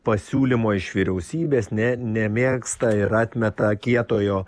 pasiūlymo iš vyriausybės ne nemėgsta ir atmeta kietojo